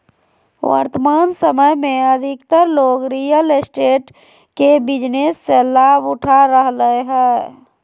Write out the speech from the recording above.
वर्तमान समय में अधिकतर लोग रियल एस्टेट के बिजनेस से लाभ उठा रहलय हइ